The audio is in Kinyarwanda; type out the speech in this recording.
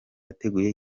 yateguye